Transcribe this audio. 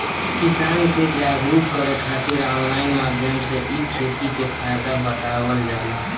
किसान के जागरुक करे खातिर ऑनलाइन माध्यम से इ खेती के फायदा बतावल जाला